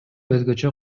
өзгөчө